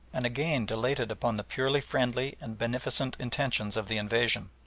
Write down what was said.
and again dilated upon the purely friendly and beneficent intentions of the invasion,